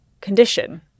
condition